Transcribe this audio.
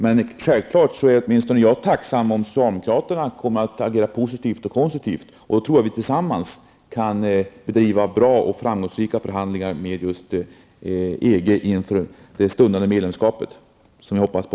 Men självfallet är åtminstone jag tacksam om socialdemokraterna agerar positivt och konstruktivt, för i så fall kan vi nog tillsammans driva bra och framgångsrika förhandlingar med just EG inför det medlemskap som stundar och som jag hoppas på.